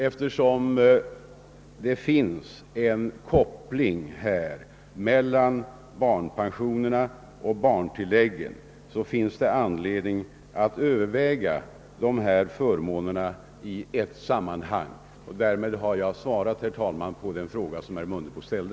Eftersom det finns en koppling mellan barnpensionerna och barntilläggen är det anledning att överväga dessa förmåner i ett sammanhang. Därmed har jag, herr talman, svarat på den fråga som herr Mundebo ställde.